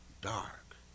dark